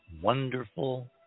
wonderful